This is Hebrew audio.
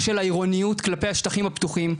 של העירוניות כלפי השטחים הפתוחים,